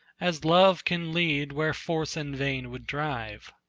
as love can lead where force in vain would drive.